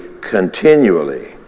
continually